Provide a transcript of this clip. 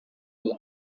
die